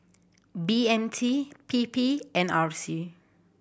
B M T P P and R C